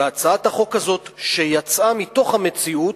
והצעת החוק הזאת שיצאה מתוך המציאות,